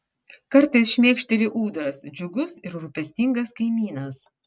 kartais šmėkšteli ūdras džiugus ir rūpestingas kaimynas